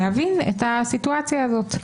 להבין את הסיטואציה הזאת.